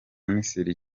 misiri